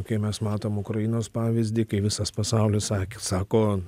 kai mes matom ukrainos pavyzdį kai visas pasaulis sakė sako